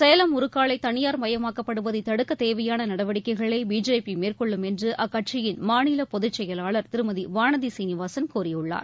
சேலம் உருக்காலை தனியார் மயமாக்கப்படுவதை தடுக்க தேவையான நடவடிக்கைகளை பிஜேபி மேற்கொள்ளும் என்று அக்கட்சியின் மாநில பொதுச் செயலாளர் திருமதி வானதி சீனிவாசன் கூறியுள்ளார்